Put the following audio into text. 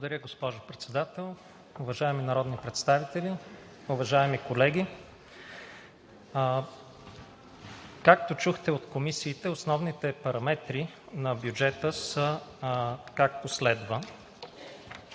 Благодаря, госпожо Председател. Уважаеми народни представители, уважаеми колеги! Както чухме от комисиите, основните параметри на бюджета са, както следва: